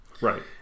right